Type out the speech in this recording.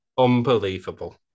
Unbelievable